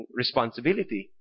responsibility